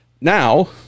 now